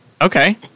Okay